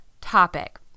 topic